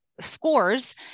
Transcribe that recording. scores